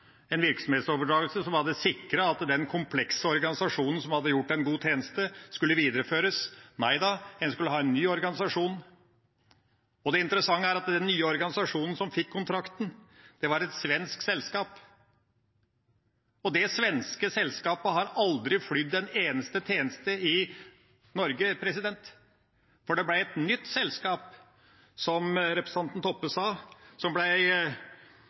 en virksomhetsoverdragelse som hadde sikret at den komplekse organisasjonen som hadde levert en god tjeneste, skulle videreføres. Nei da, en skulle ha en ny organisasjon. Det interessante er at den nye organisasjonen som fikk kontrakten, var et svensk selskap, og det svenske selskapet har aldri flydd en eneste tjeneste i Norge, for det var et nytt selskap, som representanten Toppe sa, som